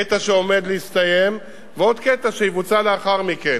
קטע שעומד להסתיים ועוד קטע שיבוצע לאחר מכן.